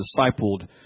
discipled